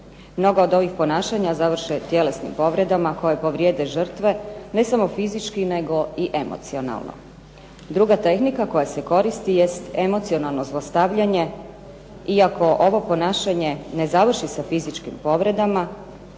Mnoga od ovih ponašanja završe tjelesnim povredama koje povrijede žrtve ne samo fizički nego i emocionalno. Druga tehnika koja se koristi jest emocionalno zlostavljanje, iako ovo ponašanje ne završi sa fizičkim povredama